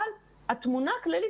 אבל התמונה הכללית,